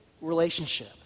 relationship